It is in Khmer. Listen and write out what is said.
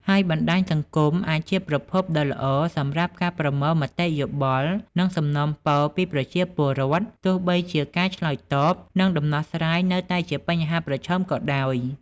ហើយបណ្ដាញសង្គមអាចជាប្រភពដ៏ល្អសម្រាប់ការប្រមូលមតិយោបល់ និងសំណូមពរពីប្រជាពលរដ្ឋ ទោះបីជាការឆ្លើយតប និងដោះស្រាយនៅតែជាបញ្ហាប្រឈមក៏ដោយ។